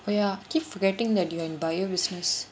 oh ya I keep forgetting that you're in bio-business